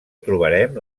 trobarem